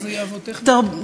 איך זה יעבוד טכנית?